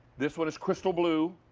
this one is crystal blue.